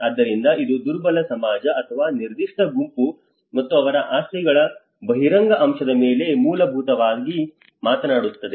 ಆದ್ದರಿಂದ ಇದು ದುರ್ಬಲ ಸಮಾಜ ಅಥವಾ ನಿರ್ದಿಷ್ಟ ಗುಂಪು ಮತ್ತು ಅವರ ಆಸ್ತಿಗಳ ಬಹಿರಂಗ ಅಂಶದ ಮೇಲೆ ಮೂಲಭೂತವಾಗಿ ಮಾತನಾಡುತ್ತಿದೆ